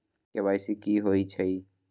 KYC कि होई छई?